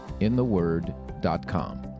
intheword.com